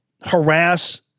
harass